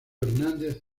hernández